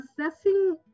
assessing